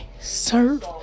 serve